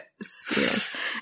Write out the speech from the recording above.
yes